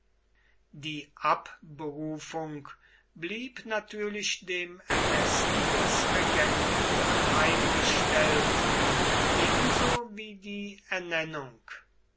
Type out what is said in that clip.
die abberufung blieb natürlich dem ermessen des regenten anheimgestellt ebenso wie die ernennung